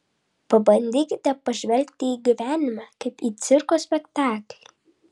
pabandykite pažvelgti į gyvenimą kaip į cirko spektaklį